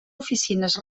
oficines